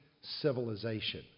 Civilization